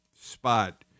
spot